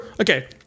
okay